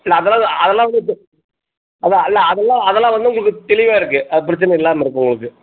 இல்லை அதெல்லாம் அதெல்லாம் வந்துட்டு அதுதான் இல்லை அதெல்லாம் அதெல்லாம் வந்து உங்களுக்கு தெளிவாக இருக்குது பிரச்சின இல்லாமல் இருக்குது உங்களுக்கு